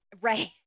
right